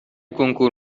کنکور